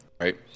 Right